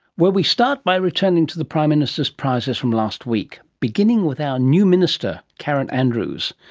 where we start by returning to the prime minister's prizes from last week, beginning with our new minister, karen andrews.